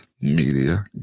media